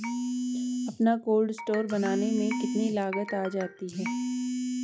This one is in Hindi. अपना कोल्ड स्टोर बनाने में कितनी लागत आ जाती है?